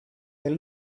they